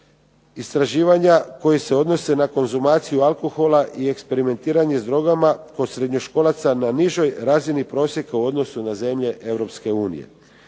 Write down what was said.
istraživanja koji se odnose na konzumaciju alkohola i eksperimentiranje s drogama kod srednjoškolaca na nižoj razini prosjeka u odnosu na zemlje